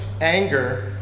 anger